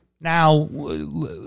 Now